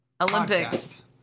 Olympics